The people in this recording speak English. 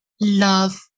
love